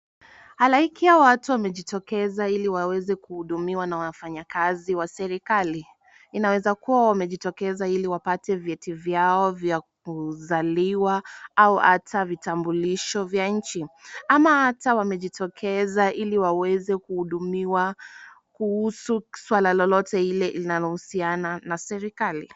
Halaiki ya watu wamejitokeza ili waweze kuhudumiwa na wafanyakazi wa serikali. Inaweza kuwa wamejitokeza ili wapate vyeti vyao vya kuzaliwa au hata vitambulisho vya nchi ama hata wamejitokeza ili waweze kuhudumiwa kuhusu suala lolote ile inalohusiana na serikali.